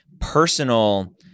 personal